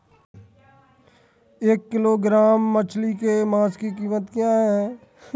एक किलोग्राम मछली के मांस की कीमत क्या है?